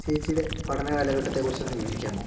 ചേച്ചീയുടെ പഠന കാലഘട്ടത്തെ കുറിച്ചൊന്ന് വിവരിക്കാമോ